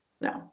No